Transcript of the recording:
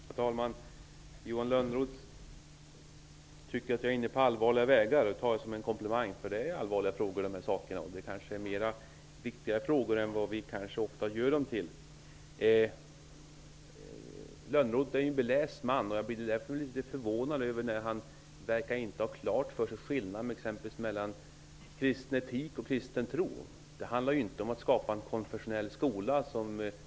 Herr talman! Johan Lönnroth tycker att jag är inne på ''allvarliga vägar''. Det tar jag som en komplimang, för de här frågorna rör allvarliga saker. Det kanske är viktigare frågor än vi ofta gör dem till. Johan Lönnroth är en beläst man. Jag blir därför litet förvånad när han inte verkar ha skillnaden mellan kristen etik och kristen tro klar för sig. Debatten i går handlade inte om att skapa en konfessionell skola.